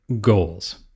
goals